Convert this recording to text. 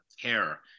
care